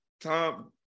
Tom